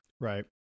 right